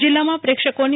જિલ્લામાં પ્રેક્ષકોની